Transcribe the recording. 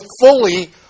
fully